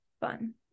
fun